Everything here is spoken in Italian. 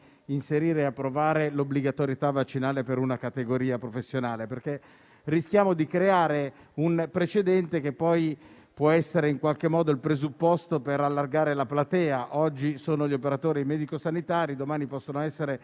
inserire e approvare l'obbligatorietà vaccinale per una categoria professionale, perché rischiamo di creare un precedente, che poi può essere in qualche modo il presupposto per allargare la platea. Oggi sono gli operatori medico-sanitari, domani possono essere